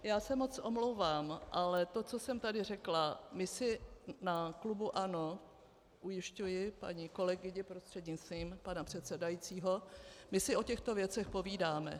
Já se moc omlouvám, ale to, co jsem tady řekla my si na klubu ANO, ujišťuji paní kolegyni prostřednictvím pana předsedajícího, o těchto věcech povídáme.